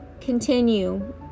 continue